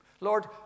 Lord